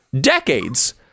decades